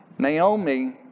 Naomi